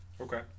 okay